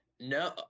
No